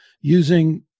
using